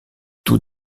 tout